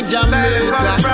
Jamaica